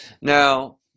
Now